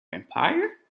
empire